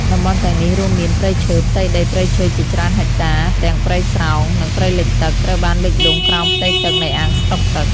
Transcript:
តំបន់ទាំងនេះរួមមាន ព្រៃឈើ ផ្ទៃដីព្រៃឈើជាច្រើនហិកតា ទាំងព្រៃស្រោង និងព្រៃលិចទឹក ត្រូវបានលិចលង់ក្រោមផ្ទៃទឹកនៃអាងស្តុកទឹក។